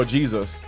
Jesus